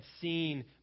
seen